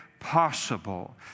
possible